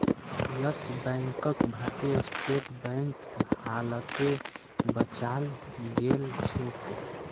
yes बैंकक भारतीय State Bank हालते बचाल गेलछेक